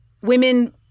Women